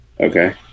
Okay